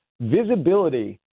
visibility